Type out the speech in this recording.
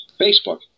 Facebook